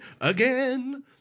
again